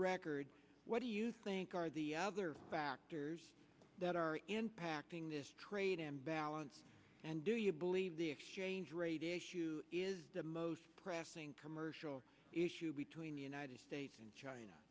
record what do you think are the other factors that are impacting this trade imbalance and do you believe the exchange rate issue is the most pressing promotional issue between the united states and china